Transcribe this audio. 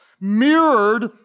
mirrored